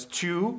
two